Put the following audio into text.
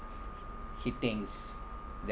he thinks that